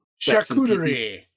charcuterie